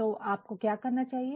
तो आपको क्या करना चाहिए